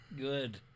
Good